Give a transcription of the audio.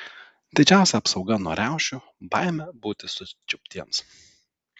didžiausia apsauga nuo riaušių baimė būti sučiuptiems